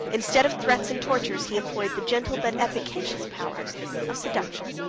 instead of threats and tortures, he employed the gentle, but efficacious powers of seduction.